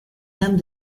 dame